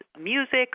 music